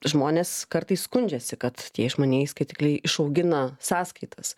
žmonės kartais skundžiasi kad tie išmanieji skaitikliai išaugina sąskaitas